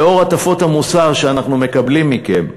לאור הטפות המוסר שאנחנו מקבלים מכם,